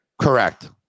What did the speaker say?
Correct